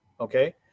Okay